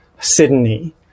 Sydney